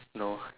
no